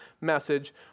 message